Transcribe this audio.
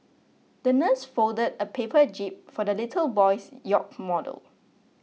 the nurse folded a paper jib for the little boy's yacht model